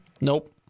Nope